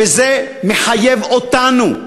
וזה מחייב אותנו,